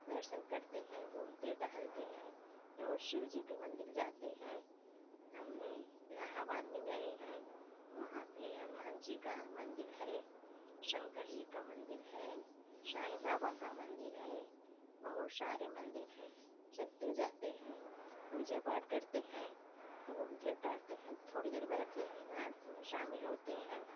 दर्सन करते हैं घूमते टहलते हैं रोज शिव जी के मंदिर जाते हैं हमने इलाहाबाद में गए हैं वहाँ पे हनुमान जी का मंदिर है शंकर जी का मंदिर है साईं बाबा का मंदिर है बहुत सारे मंदिर हैं सब तो जाते हैं पूजा पाठ करते हैं घूमते टहलते हैं थोड़ी देर बैठते हैं आरती में शामिल होते हैं